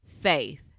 faith